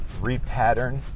repattern